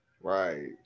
Right